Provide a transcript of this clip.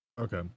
okay